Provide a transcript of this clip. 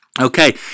okay